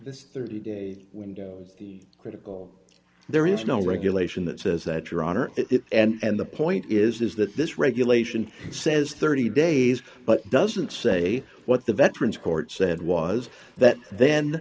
this thirty day window critical there is no regulation that says that your honor and the point is that this regulation says thirty days but doesn't say what the veterans court said was that then